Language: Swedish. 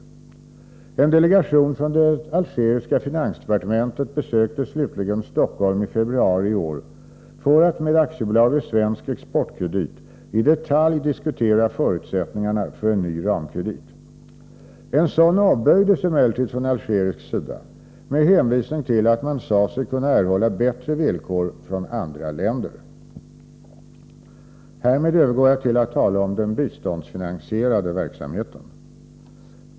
En delegation från det algeriska finansdepartementet besökte slutligen Stockholm i februari i år för att med AB Svensk Exportkredit i detalj diskutera förutsättningarna för en ny ramkredit. En sådan avböjdes emellertid från algerisk sida med hänvisning till att man sade sig kunna erhålla bättre villkor från andra länder. Härmed övergår jag till att tala om den biståndsfinansierade verksamheten.